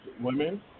women